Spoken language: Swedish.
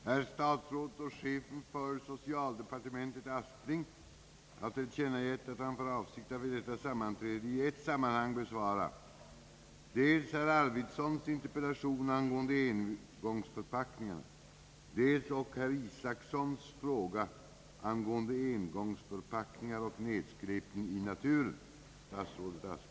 Herr talman! Herr Andersson i Örebro har frågat, när jag avser att tillsätta den av riksdagen i mars 1966 begärda utredningen rörande användningen av engångsförpackningar och den därav föranledda nedskräpningen i naturen. Som jag meddelat i första kammaren den 10 maj i år har utredningen tillsatts.